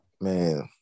man